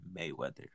Mayweather